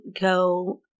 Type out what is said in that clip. go